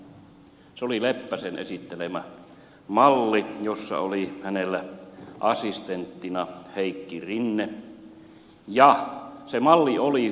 se oli leppäsen esittelemä malli jossa hänellä oli assistenttina heikki rinne ja se malli oli hyvä